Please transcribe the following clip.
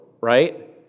right